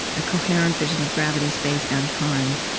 a coherent vision of gravity, space, and time.